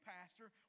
Pastor